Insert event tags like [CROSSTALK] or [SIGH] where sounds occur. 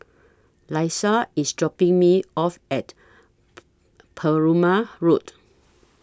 Laisha IS dropping Me off At [NOISE] Perumal Road